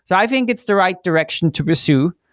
so i think it's the right direction to pursue.